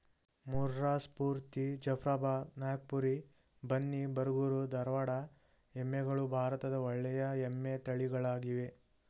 ಮುರ್ರಾ, ಸ್ಪೂರ್ತಿ, ಜಫ್ರಾಬಾದ್, ನಾಗಪುರಿ, ಬನ್ನಿ, ಬರಗೂರು, ಧಾರವಾಡ ಎಮ್ಮೆಗಳು ಭಾರತದ ಒಳ್ಳೆಯ ಎಮ್ಮೆ ತಳಿಗಳಾಗಿವೆ